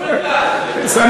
מה עם קידוחי גז?